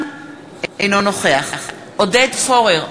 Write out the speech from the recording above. אינו נוכח עודד פורר,